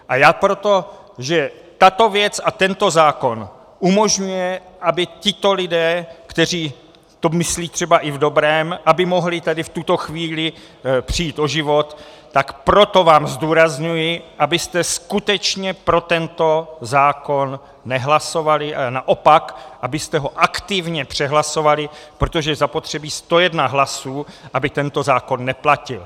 A já proto, že tato věc a tento zákon umožňuje, aby tito lidé, kteří to myslí třeba i v dobrém, aby mohli tady v tuto chvíli přijít o život, tak proto vám zdůrazňuji, abyste skutečně pro tento zákon nehlasovali, a naopak, abyste ho aktivně přehlasovali, protože je zapotřebí 101 hlasů, aby tento zákon neplatil.